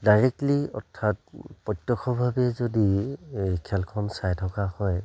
directly অৰ্থাৎ প্ৰত্যক্ষভাৱে যদি খেলখন চাই থকা হয়